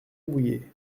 bouyer